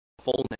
fullness